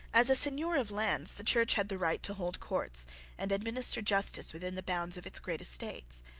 as a seigneur of lands the church had the right to hold courts and administer justice within the bounds of its great estates.